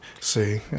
see